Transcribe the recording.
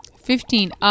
Fifteen